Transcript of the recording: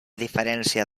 diferència